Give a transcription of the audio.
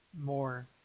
more